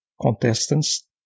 contestants